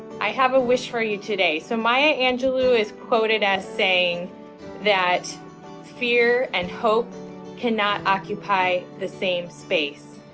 i have a wish for you today. so maya angelou is quoted as saying that fear and hope cannot occupy the same space.